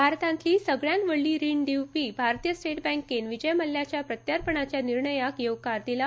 भारतांतली सगल्यांत व्हडली रीण दिवपी भारतीय स्टेट बँकेन विजय मल्ल्याच्या प्रत्यार्पणाच्या निर्णयाक येवकार दिला